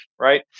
right